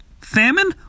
Famine